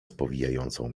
spowijającą